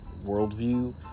worldview